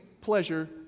pleasure